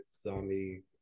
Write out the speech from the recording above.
zombie